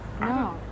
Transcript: No